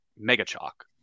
mega-chalk